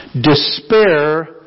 despair